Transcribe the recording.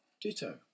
Ditto